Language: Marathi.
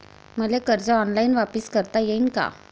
मले कर्ज ऑनलाईन वापिस करता येईन का?